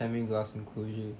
semi-glass enclosure